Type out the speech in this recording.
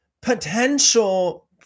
potential